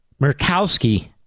Murkowski